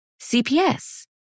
CPS